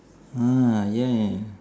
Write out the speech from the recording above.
mm ya ya ya